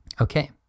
Okay